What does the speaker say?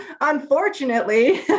unfortunately